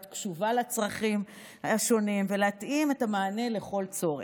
להיות קשובה לצרכים השונים ולהתאים את המענה לכל צורך.